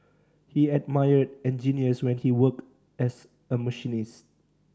he admired engineers when he worked as a machinist